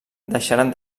deixaren